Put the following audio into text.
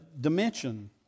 dimension